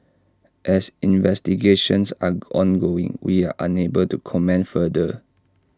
as investigations are ongoing we are unable to comment further